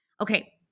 Okay